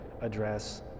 address